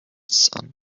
sun